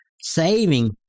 saving